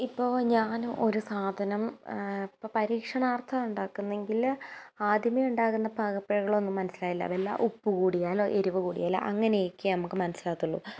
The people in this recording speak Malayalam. ഇപ്പോൾ ഞാൻ ഒരു സാധനം ഇപ്പോൾ പരീക്ഷണാർത്ഥം ഉണ്ടാക്കുന്നെങ്കിൽ ആദ്യമേ ഉണ്ടാകുന്ന പാകപ്പിഴകളൊന്നും മനസ്സിലാവില്ല വല്ല അതെല്ലാം ഉപ്പുകൂടിയാലോ എരിവ് കൂടിയാലോ അങ്ങനെയൊക്കെ നമുക്ക് മനസ്സിലാകത്തുള്ളൂ